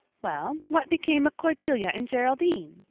well, what became of cordelia and geraldine?